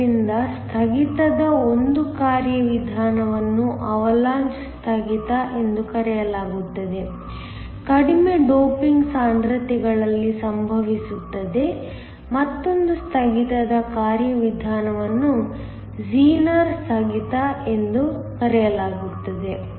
ಆದ್ದರಿಂದ ಸ್ಥಗಿತದ ಒಂದು ಕಾರ್ಯವಿಧಾನವನ್ನು ಅವಲಾಂಚ್ ಸ್ಥಗಿತ ಎಂದು ಕರೆಯಲಾಗುತ್ತದೆ ಕಡಿಮೆ ಡೋಪಿಂಗ್ ಸಾಂದ್ರತೆಗಳಲ್ಲಿ ಸಂಭವಿಸುತ್ತದೆ ಮತ್ತೊಂದು ಸ್ಥಗಿತದ ಕಾರ್ಯವಿಧಾನವನ್ನು ಝೀನರ್ ಸ್ಥಗಿತ ಎಂದು ಕರೆಯಲಾಗುತ್ತದೆ